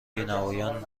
بینوایان